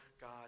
God